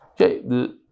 Okay